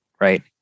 right